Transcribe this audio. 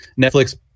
Netflix